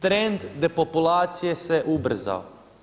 Trend depopulacije se ubrzao.